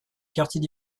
quartiers